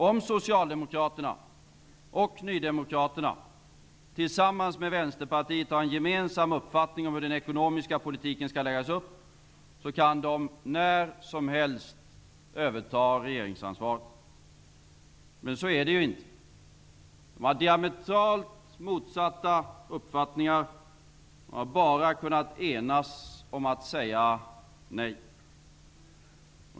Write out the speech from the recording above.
Om Socialdemokraterna och Ny demokrati tillsammans med Vänsterpartiet har en gemensam uppfattning om hur den ekonomiska politiken skall läggas upp kan de när som helst överta regeringsansvaret. Men så är det ju inte. De har diametralt motsatta uppfattningar. De har bara kunnat enas om att säga nej.